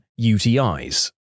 UTIs